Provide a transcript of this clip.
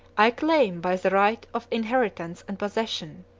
i claim by the right of inheritance and possession,